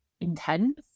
intense